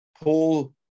Paul